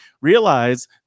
realize